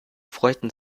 freuten